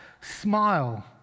smile